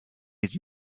his